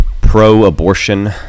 Pro-abortion